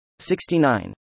69